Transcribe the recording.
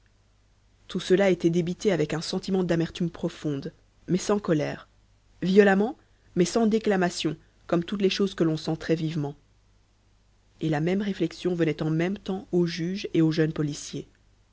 tout cela était débité avec un sentiment d'amertume profonde mais sans colère violemment mais sans déclamation comme toutes les choses que l'on sent très vivement et la même réflexion venait en même temps au juge et au jeune policier